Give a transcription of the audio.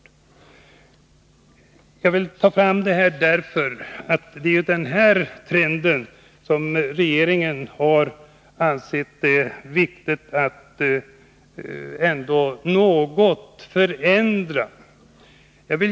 Jag har velat ta fram detta, eftersom det är denna trend som regeringen har ansett det viktigt att ändå något förändra.